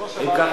אם כך,